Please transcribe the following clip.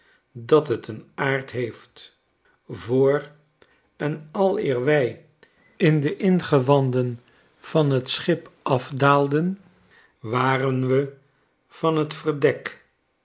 dat het een aard heeft voor en aleer wij in deingewanden van t schip afdaalden waren we van t verdek